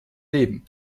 leben